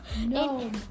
No